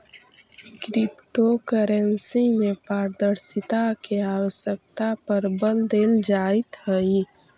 crypto currency में पारदर्शिता के आवश्यकता पर बल देल जाइत हइ